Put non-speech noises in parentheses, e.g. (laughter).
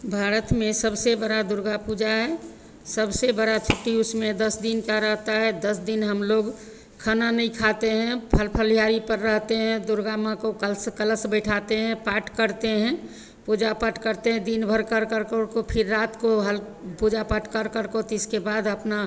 भारत में सबसे बड़ी दुर्गा पूजा है सबसे बड़ी छुट्टी उसमें दस दिन की रहती है दस दिन हमलोग खाना नहीं खाते हैं फल फलिहारी पर रहते हैं दुर्गा माँ को कलश कलश बैठाते हैं पाठ करते हैं पूजा पाठ करते हैं दिनभर कर करके (unintelligible) फिर रात को हल पूजा पाठ कर करके तो इसके बाद अपना